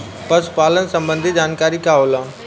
पशु पालन संबंधी जानकारी का होला?